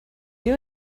you